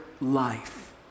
life